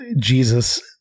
Jesus